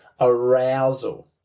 arousal